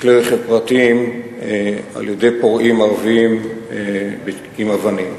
וכלי-רכב פרטיים, על-ידי פורעים ערבים עם אבנים.